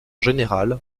général